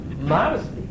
modesty